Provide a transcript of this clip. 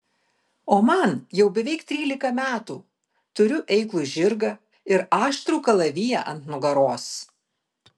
o man jau beveik trylika metų turiu eiklų žirgą ir aštrų kalaviją ant nugaros